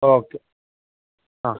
okay ആ